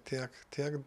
tiek tiek